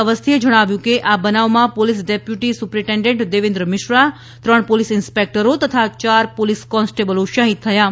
અવસ્થીએ જણાવ્યું હતું કે આ બનાવમાં police deputy superintendent Devendra Mishra ત્રણ પોલીસ ઇન્સ્પેક્ટરો તથા યાર પોલીસ કોન્સ્ટેબલો શહીદ થયા છે